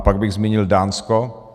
Pak bych zmínil Dánsko.